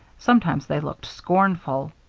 sometimes they looked scornful.